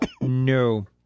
No